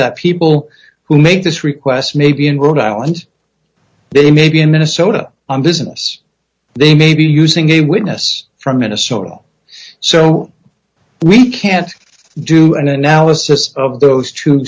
that people who make this request may be in rhode island they may be in minnesota on business they may be using a witness from minnesota so we can't do an analysis of those two